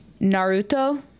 Naruto